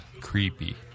Creepy